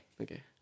okay